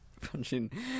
Punching